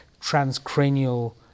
transcranial